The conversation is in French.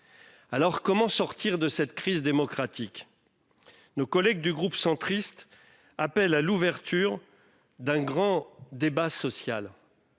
Alors comment sortir de cette crise démocratique. Nos collègues du groupe centriste appelle à l'ouverture d'un grand débat social.